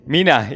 Mina